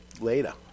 later